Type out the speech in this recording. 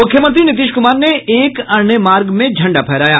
मुख्यमंत्री नीतीश कुमार ने एक अणे मार्ग में झंडा फहराया